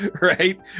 Right